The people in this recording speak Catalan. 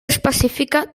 específica